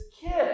kid